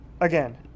again